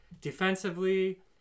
defensively